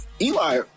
Eli